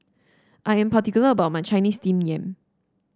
I am particular about my Chinese Steamed Yam